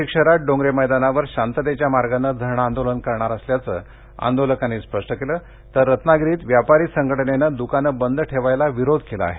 नाशिक शहरात डोंगरे मैदानावर शांततेच्या मार्गानं धरणे आंदोलन करणार असल्याचं आंदोलकांनी स्पष्ट केलं आहे तर रत्नागिरीत व्यापारी संघटनेनं दकानं बंद ठेवायला विरोध केला आहे